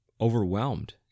overwhelmed